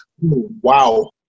wow